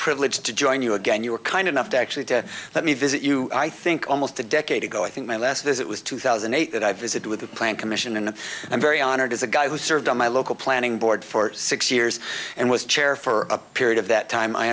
privilege to join you again you were kind enough to actually to let me visit you i think almost a decade ago i think my last visit was two thousand and eight that i visited with the plant commission and i'm very honored as a guy who served on my local planning board for six years and was chair for a period of that time i